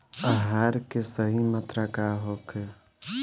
आहार के सही मात्रा का होखे?